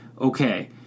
okay